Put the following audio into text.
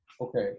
okay